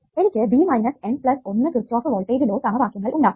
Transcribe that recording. എനിക്ക് B minus N plus 1 Kirchhoff voltage law സമവാക്യങ്ങൾ ഉണ്ടാക്കാം